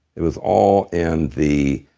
it was all in the,